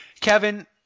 Kevin